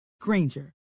Granger